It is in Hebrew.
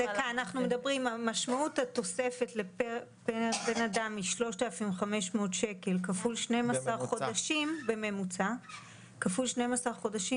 משמעות התוספת לאדם היא 3,500 שקלים בממוצע כפול 12 חודשים,